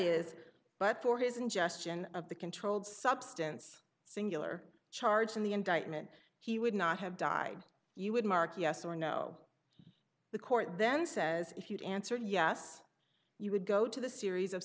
is but for his ingestion of the controlled substance singular charge in the indictment he would not have died you would mark yes or no the court then says if you'd answer yes you would go to the series of